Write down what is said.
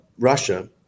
Russia